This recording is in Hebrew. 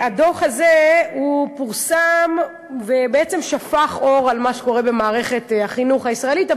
-- והדוח הזה שפורסם בעצם שפך אור על מה שקורה במערכת החינוך הישראלית,